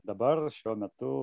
dabar šiuo metu